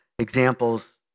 Examples